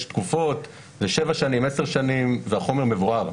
יש תקופות של שבע שנים, 10 שנים, והחומר מבוער.